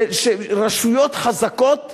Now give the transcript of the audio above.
שרשויות חזקות